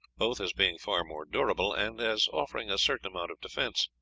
both as being far more durable, and as offering a certain amount of defence.